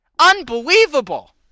Unbelievable